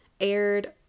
aired